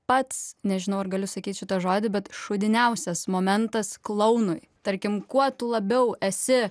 pats nežinau ar galiu sakyt šitą žodį bet šūdiniausias momentas klounui tarkim kuo tu labiau esi